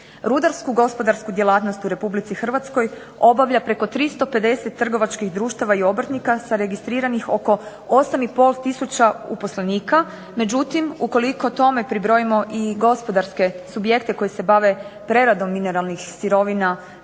Rudarsku gospodarsku djelatnost u RH obavlja preko 350 trgovačkih društava i obrtnika sa registriranih oko 8,5 tisuća uposlenika, međutim ukoliko tome pribrojimo i gospodarske subjekte koji se bave preradom mineralnih sirovina